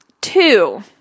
Two